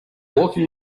walking